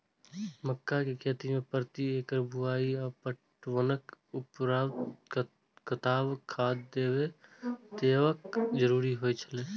मक्का के खेती में प्रति एकड़ बुआई आ पटवनक उपरांत कतबाक खाद देयब जरुरी होय छल?